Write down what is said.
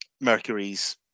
Mercury's